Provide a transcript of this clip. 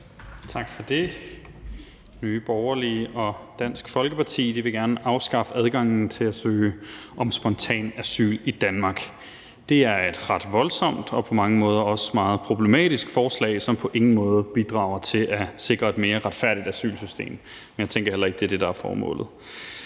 Tak for det. Nye Borgerlige og Dansk Folkeparti vil gerne afskaffe adgangen til at søge om spontant asyl i Danmark. Det er et ret voldsomt og på mange måder også meget problematisk forslag, som på ingen måde bidrager til at sikre et mere retfærdigt asylsystem, men jeg tænker heller ikke, at det er det, der er formålet.